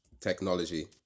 technology